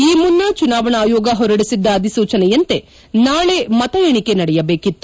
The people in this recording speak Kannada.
ಈ ಮುನ್ನ ಚುನಾವಣಾ ಆಯೋಗ ಹೊರಡಿಸಿದ್ದ ಅಧಿಸೂಚನೆಯಂತೆ ನಾಳೆ ಮತ ಎಣಿಕೆ ನಡೆಯಬೇಕಿತ್ತು